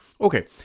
okay